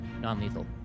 non-lethal